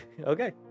Okay